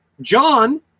John